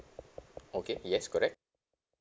okay yes correct